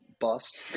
bust